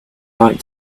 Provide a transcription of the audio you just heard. light